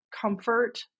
comfort